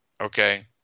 Okay